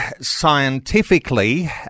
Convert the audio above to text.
scientifically